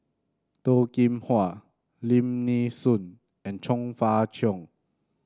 Toh Kim Hwa Lim Nee Soon and Chong Fah Cheong